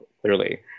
clearly